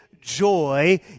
joy